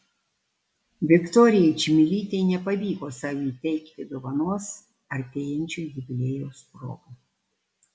viktorijai čmilytei nepavyko sau įteikti dovanos artėjančio jubiliejaus proga